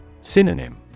Synonym